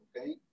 okay